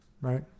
right